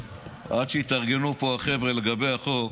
עד שיתארגנו פה החבר'ה לגבי החוק,